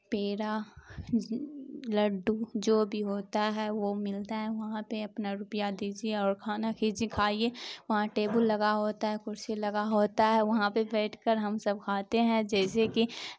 پیڑا لڈو جو بھی ہوتا ہے وہ ملتا ہے وہاں پہ اپنا روپیہ دیجیے اور کھانا کھیجی کھائیے وہاں ٹیبل لگا ہوتا ہے کرسی لگا ہوتا ہے وہاں پہ بیٹھ کر ہم سب کھاتے ہیں جیسے کہ